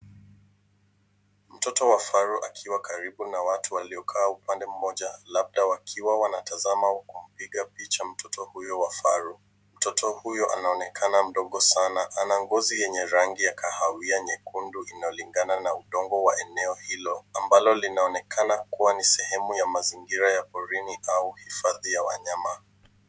Mtoto wa faru akiwa karibu na watu waliokaa upande mmoja labda wakiwa wanatazama au kumpiga picha mtoto huyu wa faru. Mtoto huyu anaonekana mdogo sana, ana ngozi yenye rangi ya kahawia nyekundu inalingana na udongo wa eneo hilo ambalo linaonekana kuwa ni sehemu ya mazingira ya porini au hifadhi ya wanyama.